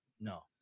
No